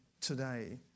today